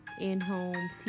in-home